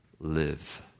live